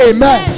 Amen